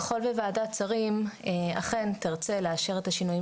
ככל שוועדת שרים אכן תרצה לאשר את השינויים